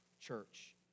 church